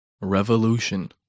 Revolution